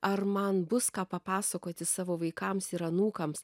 ar man bus ką papasakoti savo vaikams ir anūkams